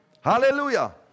Hallelujah